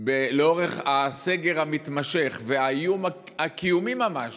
עם אורך הסגר המתמשך והאיום הקיומי ממש